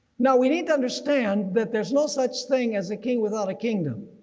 now we need to understand that there's no such thing as a king without a kingdom.